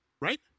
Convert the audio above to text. Right